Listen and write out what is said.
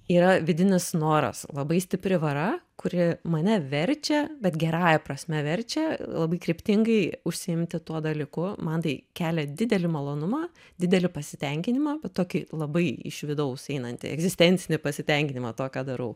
yra vidinis noras labai stipri vara kuri mane verčia bet gerąja prasme verčia labai kryptingai užsiimti tuo dalyku man tai kelia didelį malonumą didelį pasitenkinimą va tokį labai iš vidaus einantį egzistencinį pasitenkinimą to ką darau